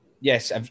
yes